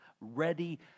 Ready